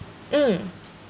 mm